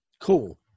Cool